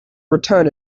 return